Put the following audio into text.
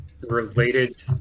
related